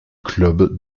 club